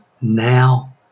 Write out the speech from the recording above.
now